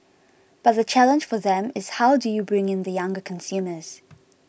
but the challenge for them is how do you bring in the younger consumers